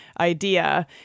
idea